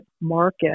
market